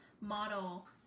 model